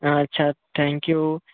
আচ্ছা thank you